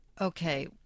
Okay